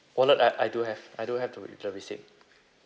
wallet I I do have I do have the r~ the receipt